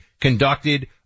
conducted